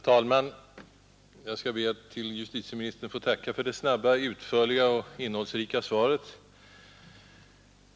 Herr talman! Jag ber att få tacka justitieministern för det snabba, utförliga och innehållsrika svaret.